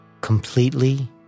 completely